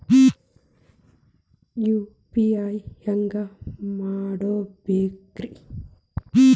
UPI ಹ್ಯಾಂಗ ಮಾಡ್ಕೊಬೇಕ್ರಿ?